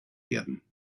werden